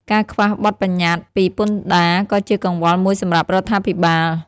ការខ្វះបទប្បញ្ញត្តិស្តីពីពន្ធដារក៏ជាកង្វល់មួយសម្រាប់រដ្ឋាភិបាល។